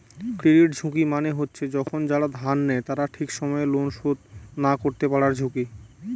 credit ঝুঁকি মানে হচ্ছে যখন যারা ধার নেয় তারা ঠিক সময় লোন শোধ না করতে পারার ঝুঁকি